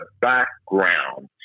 background